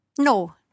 No